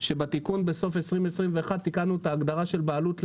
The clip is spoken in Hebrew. בתיקון בסוף 2021 תיקנו את ההגדרה של בעלות לקרקע,